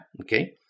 okay